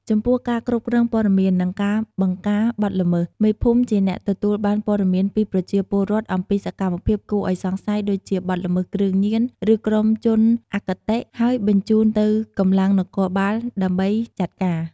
ចំពោះការគ្រប់គ្រងព័ត៌មាន និងការបង្ការបទល្មើស មេភូមិជាអ្នកទទួលបានព័ត៌មានពីប្រជាពលរដ្ឋអំពីសកម្មភាពគួរឲ្យសង្ស័យដូចជា បទល្មើសគ្រឿងញៀន ឬក្រុមជនអគតិ ហើយបញ្ជូនទៅកម្លាំងនគរបាលដើម្បីចាត់ការ។